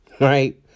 Right